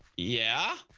yeah